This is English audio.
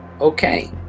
Okay